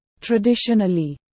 traditionally